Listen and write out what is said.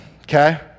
Okay